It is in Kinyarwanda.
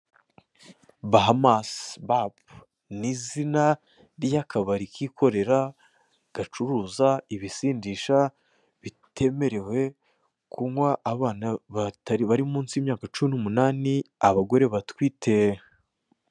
Bahamasi bapu ni izina ry'akabari kikorera gacuruza ibisindisha bitemerewe kunywa abana bari munsi y'imyaka cumi n'umunani abagore batwite.